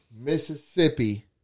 Mississippi